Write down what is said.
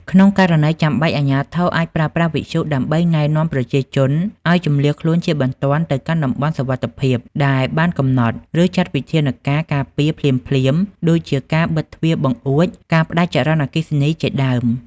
ក្នុងករណីចាំបាច់ អាជ្ញាធរអាចប្រើប្រាស់វិទ្យុដើម្បីណែនាំប្រជាជនឱ្យជម្លៀសខ្លួនជាបន្ទាន់ទៅកាន់តំបន់សុវត្ថិភាពដែលបានកំណត់ ឬចាត់វិធានការការពារភ្លាមៗ ដូចជាការបិទទ្វារបង្អួច ការផ្តាច់ចរន្តអគ្គិសនីជាដើម។